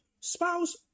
Spouse